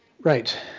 Right